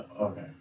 Okay